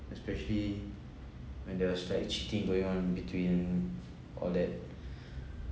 especially when there was like cheating going on between all that